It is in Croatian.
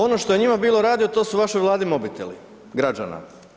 Ono što je njima bilo radio, to su vašoj vladi mobiteli građana.